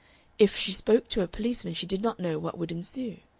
if she spoke to a policeman she did not know what would ensue.